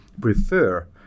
prefer